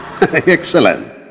Excellent